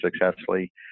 successfully